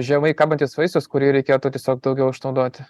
žemai kabantis vaisius kurį reikėtų tiesiog daugiau išnaudoti